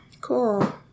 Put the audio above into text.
cool